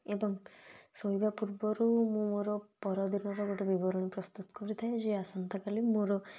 ଏବଂ ଶୋଇବା ପୂର୍ବରୁ ମୁଁ ମୋର ପରଦିନର ଗୋଟେ ବିବରଣୀ ପ୍ରସ୍ତୁତ କରିଥାଏ ଯେ ଆସନ୍ତାକାଲି ମୋର